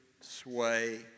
sway